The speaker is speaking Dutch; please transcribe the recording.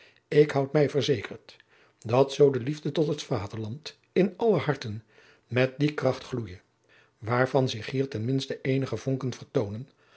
ik houd mij verzekerd dat zoo de adriaan loosjes pzn het leven van maurits lijnslager liefde tot het vaderland in aller harten met die kracht gloeide waarvan zich hier ten minste eenige vonken vertoonen